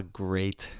great